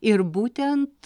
ir būtent